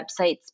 Websites